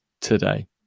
today